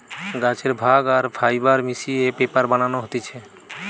গাছের ভাগ আর ফাইবার মিশিয়ে পেপার বানানো হতিছে